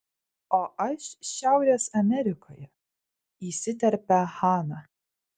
o aš šiaurės amerikoje įsiterpia hana